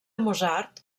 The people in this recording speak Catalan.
mozart